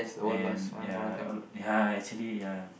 and ya uh ya actually ya